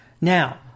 Now